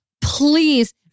please